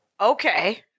Okay